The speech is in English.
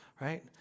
right